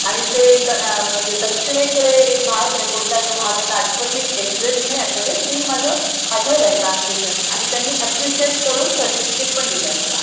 आणि ते द म्हणजे दक्षिणेकडे एक भाग आहे कोणता आहे तो भाग आता आठवत नाही एगक्झॅक नाहीआठवत आहे तिथे मी माझं पाठवलं आहे ट्रान्सलेशन आणि त्यांनी ॲप्रिशिएट करून सर्टिफिकेट पण दिलं आहे मला